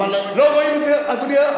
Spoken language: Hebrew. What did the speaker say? לא רואים את זה,